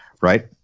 Right